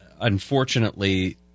unfortunately